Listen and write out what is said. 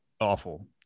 awful